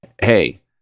Hey